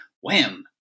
wham